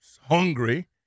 hungry